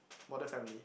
modern family